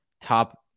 top